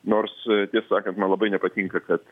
nors ties sakant man labai nepatinka kad